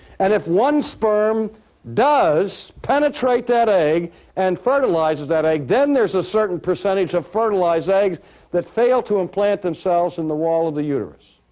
and if one sperm does penetrate that egg and fertilizes that egg then there's a certain percentage of fertilized eggs that fail to implant themselves in the wall of the uterus.